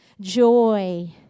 joy